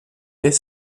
est